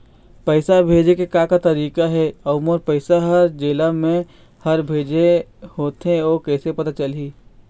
पैसा भेजे के का का तरीका हे अऊ मोर पैसा हर जेला मैं हर भेजे होथे ओ कैसे पता चलही?